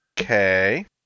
Okay